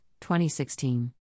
2016